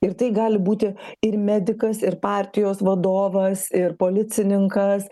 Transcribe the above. ir tai gali būti ir medikas ir partijos vadovas ir policininkas